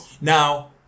Now